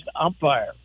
umpire